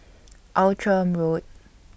Outram Road